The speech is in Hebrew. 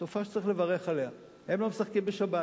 תופעה שצריך לברך עליה, והם לא משחקים בשבת.